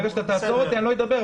ברגע שתעצור אותי אני לא אדבר,